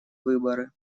выборы